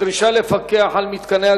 תודה למזכירת הכנסת.